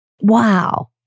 Wow